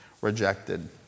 rejected